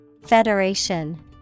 Federation